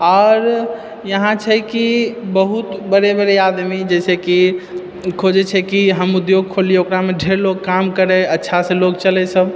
आर इहाँ छै कि बहुत बड़े बड़े आदमी जैसे कि खोजै छै कि हम उद्योग खोललियै ओकरा मऽ ढेर लोग काम करै अच्छासँ लोग चलै सभ